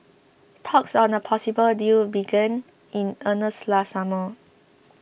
talks on a possible deal began in earnest last summer